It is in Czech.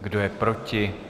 Kdo je proti?